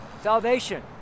salvation